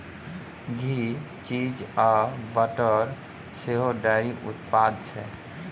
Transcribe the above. घी, cheese आ butter सेहो dairy उत्पाद छै